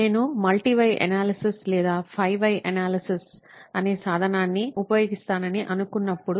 నేను multi way analysis లేదా 5 wise analysis అనే సాధనాన్ని ఉపయోగిస్తానని అనుకున్నప్పుడు